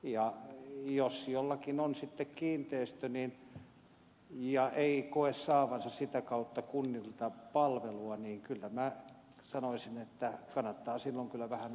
ja jos jollakin on sitten kiinteistö ja ei koe saavansa sitä kautta kunnilta palvelua niin kyllä minä sanoisin että kannattaa kyllä silloin vähän aktivoituakin